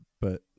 but-